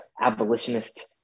abolitionist